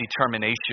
determination